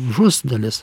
žus dalis